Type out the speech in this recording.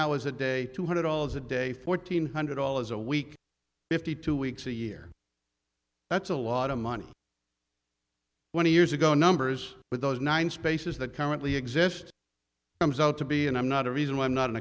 hours a day two hundred dollars a day fourteen hundred dollars a week fifty two weeks a year that's a lot of money when years ago numbers but those nine spaces that currently exist comes out to be and i'm not a reason why i'm not an